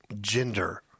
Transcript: gender